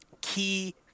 key